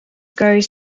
goes